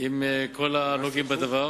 עם כל הנוגעים בדבר.